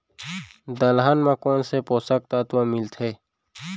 दलहन म कोन से पोसक तत्व मिलथे?